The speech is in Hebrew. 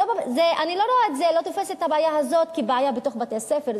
אני לא תופסת את הבעיה הזאת בתוך בתי-הספר.